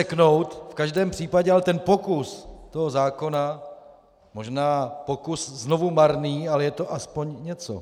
V každém případě ale ten pokus zákona, možná pokus znovu marný, ale je to aspoň něco.